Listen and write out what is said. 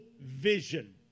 vision